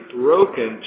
broken